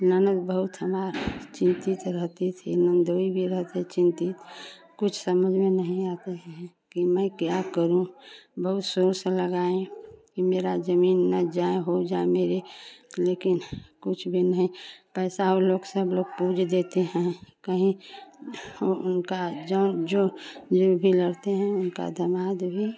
ननद बहुत हमार चिंतित रहती थी ननदोई भी रहते चिंतित कुछ समझ में नहीं आते हैं कि मैं क्या करूँ बहुत सोर्स लगाऍ कि मेरा जमीन न जाए हो जाए मेरे लेकिन कुछ भी नहीं पैसा और लोग सब लोग पूरे देते हैं कहीं उनका जौन जो जो भी लड़ते हैं उनका दमाद भी